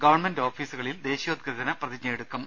government ഓഫീ സുകളിൽ ദേശീയോദ്ഗ്രഥന പ്രതിജ്ഞയെടുക്കും